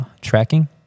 Tracking